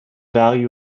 value